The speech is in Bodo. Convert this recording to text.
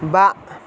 बा